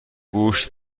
گوشت